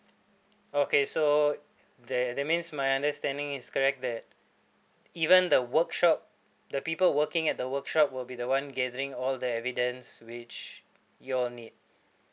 okay so there that means my understanding is correct that even the workshop the people working at the workshop will be the one gathering all the evidence which you all need